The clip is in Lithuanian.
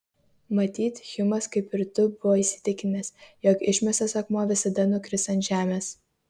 matyt hjumas kaip ir tu buvo įsitikinęs jog išmestas akmuo visada nukris ant žemės